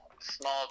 small